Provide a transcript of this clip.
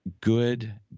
good